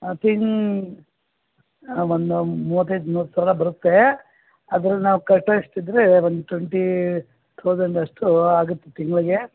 ಹಾಂ ತಿಂಗ್ಳು ಹಾಂ ಒಂದು ಮೂವತ್ತೈದು ಮೂವತ್ತು ಸಾವಿರ ಬರುತ್ತೆ ಅದರಲ್ಲಿ ನಾವು ಕಟ್ಟೊ ಅಷ್ಟು ಇದ್ದರೆ ಒಂದು ಟ್ವೆಂಟೀ ಥೌಸಂಡ್ ಅಷ್ಟು ಆಗುತ್ತೆ ತಿಂಗಳಿಗೆ